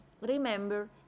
Remember